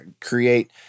create